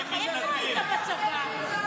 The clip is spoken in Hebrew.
איפה היית בצבא?